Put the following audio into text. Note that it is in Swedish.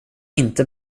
inte